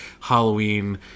Halloween